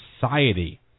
society